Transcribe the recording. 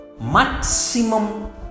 maximum